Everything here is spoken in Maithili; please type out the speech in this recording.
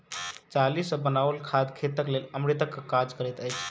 चाली सॅ बनाओल खाद खेतक लेल अमृतक काज करैत छै